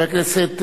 חבר הכנסת